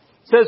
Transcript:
says